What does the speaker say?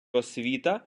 освіта